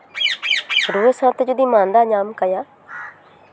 ᱨᱩᱣᱟᱹ ᱥᱟᱶᱛᱮ ᱡᱩᱫᱤ ᱢᱟᱫᱟ ᱧᱟᱢ ᱠᱟᱭᱟ